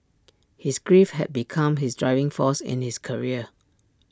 his grief had become his driving force in his career